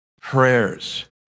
prayers